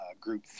group